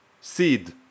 seed